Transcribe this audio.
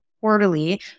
quarterly